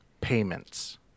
Payments